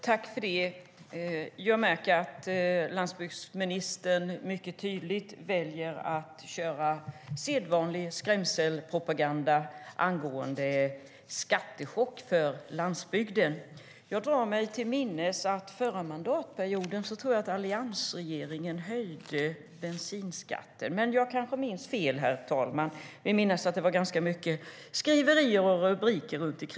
Herr talman! Landsbygdsministern väljer att köra den sedvanliga skrämselpropagandan om en skattechock för landsbygden. Men jag drar mig till minnes att alliansregeringen höjde bensinskatten förra mandatperioden. Jag kanske minns fel, herr talman, men jag vill minnas att det var ganska mycket skriverier och rubriker om svek.